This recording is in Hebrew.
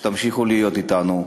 ושתמשיכו להיות אתנו.